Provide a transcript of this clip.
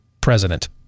president